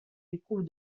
éprouve